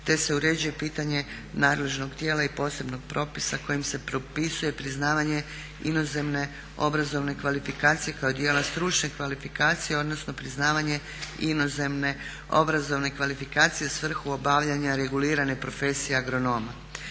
te se uređuje pitanje nadležnog tijela i posebnog propisa kojim se propisuje priznavanje inozemne obrazovne kvalifikacije kao dijela stručne kvalifikacije odnosno priznavanje inozemne obrazovne kvalifikacije u svrhu obavljanja regulirane profesije agronoma.